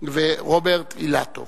ורוברט אילטוב.